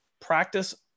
practice